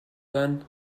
then